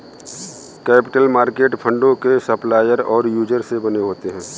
capital market फंडों के supplier और यूजर से बने होते हैं